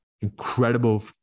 incredible